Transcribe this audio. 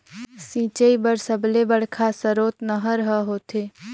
सिंचई बर सबले बड़का सरोत नहर ह होथे